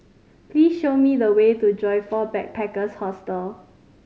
please show me the way to Joyfor Backpackers' Hostel